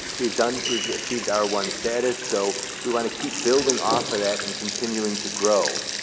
we've done, we've achieved r one status, so we want to keep building off of that and continuing to grow.